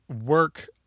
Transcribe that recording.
work